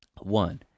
One